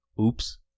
Oops